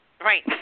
right